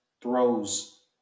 throws